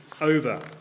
over